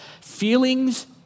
Feelings